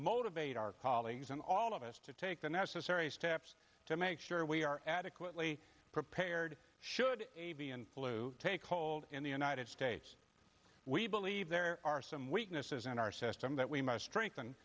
motivate our colleagues and all of us to take the necessary steps to make sure we are adequately prepared should be in flu take hold in the united states we believe there are some weaknesses in our system that we must strength